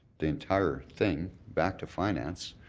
the entire thing, back to finance,